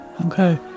Okay